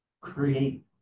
create